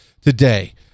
today